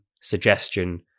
suggestion